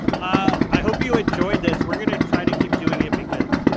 ah i hope you enjoyed this. we're going to try to keep doing it because